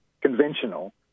conventional